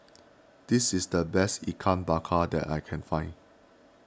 this is the best Ikan Bakar that I can find